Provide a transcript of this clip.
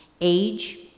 Age